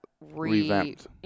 revamped